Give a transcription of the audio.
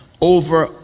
over